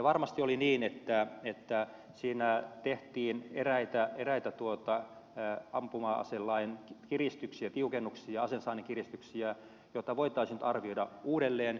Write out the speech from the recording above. varmasti oli niin että siinä tehtiin eräitä ampuma aselain kiristyksiä tiukennuksia aseensaannin kiristyksiä joita voitaisiin nyt arvioida uudelleen